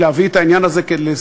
היא להביא את העניין לסיום,